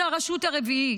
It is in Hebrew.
זו הרשות הרביעית,